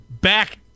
back